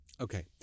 Okay